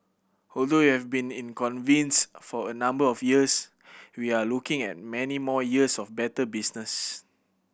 although we have been for a number of years we are looking at many more years of better business